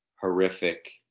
horrific